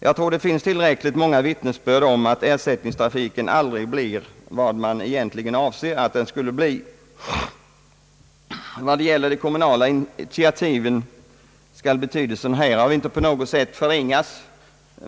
Jag tror att det finns tillräckligt många vittnesbörd om att ersättningstrafiken aldrig blir vad man avser. Betydelsen av de kommunala initiativen skall inte på något sätt förringas.